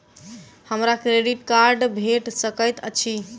हमरा credit card भेट सकैत अछि?